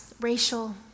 racial